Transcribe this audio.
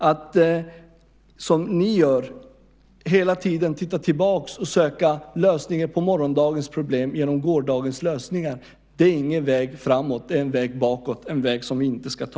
Att som ni gör hela tiden titta tillbaka och söka lösningar på morgondagens problem genom gårdagens lösningar, är ingen väg framåt. Det är en väg bakåt, en väg som vi inte ska ta.